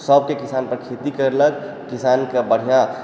सबके किसान खेती करलक किसान के बढ़िऑं